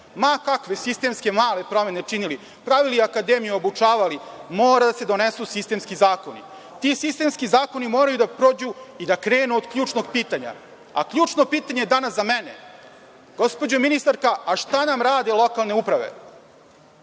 ma kakve sistemske i male promene činili, pravili akademije, obučavali, mora da se donesu sistemski zakoni. Ti sistemski zakoni moraju da prođu i da krenu od ključnog pitanja, a ključno pitanje je danas za mene – gospođo ministarka, a šta nam rade lokalne uprave?